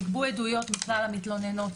נגבו עדויות מכלל המתלוננות,